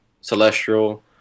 celestial